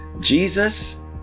Jesus